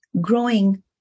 growing